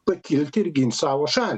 pakilti ir gint savo šalį